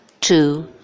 two